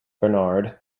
bernard